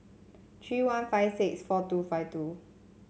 three one five six four two five two